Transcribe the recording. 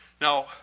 Now